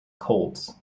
colts